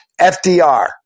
FDR